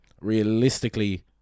Realistically